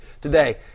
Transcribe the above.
today